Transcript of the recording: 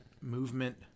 movement